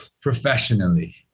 professionally